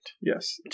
Yes